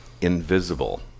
invisible